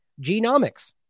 genomics